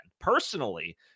personally